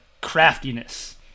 craftiness